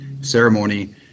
ceremony